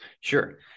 Sure